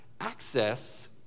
access